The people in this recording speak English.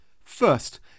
First